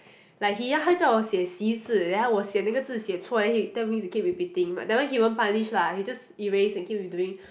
like he 他叫我写细字 then 我还写那个字我写错 then he tell me to keep repeating but that one he won't punish lah he just erase and keep redoing